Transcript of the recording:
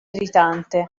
irritante